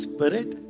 Spirit